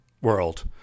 world